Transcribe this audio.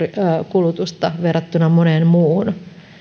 kulutusta verrattuna moneen muuhun